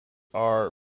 are